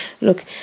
Look